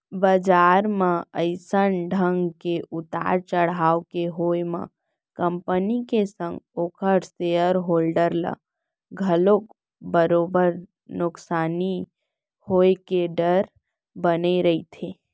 बजार म अइसन ढंग के उतार चड़हाव के होय म कंपनी के संग ओखर सेयर होल्डर ल घलोक बरोबर नुकसानी होय के डर बने रहिथे